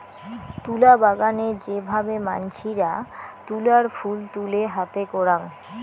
তুলা বাগানে যে ভাবে মানসিরা তুলার ফুল তুলে হাতে করাং